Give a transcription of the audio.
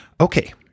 Okay